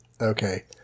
Okay